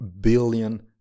billion